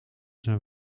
zijn